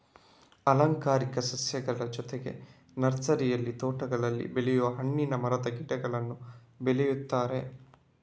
ಅಲಂಕಾರಿಕ ಸಸ್ಯಗಳ ಜೊತೆಗೆ ನರ್ಸರಿಯಲ್ಲಿ ತೋಟಗಳಲ್ಲಿ ಬೆಳೆಯುವ ಹಣ್ಣಿನ ಮರದ ಗಿಡಗಳನ್ನೂ ಬೆಳೆಯುತ್ತಾರೆ